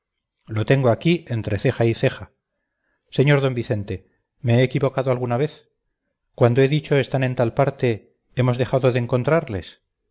lo tengo aquí entre ceja y ceja sr d vicente me he equivocado alguna vez cuando he dicho están en tal parte hemos dejado de encontrarles